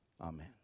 Amen